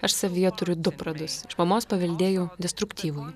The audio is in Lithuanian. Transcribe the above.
aš savyje turiu du pradus iš mamos paveldėjau destruktyvų